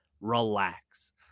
relax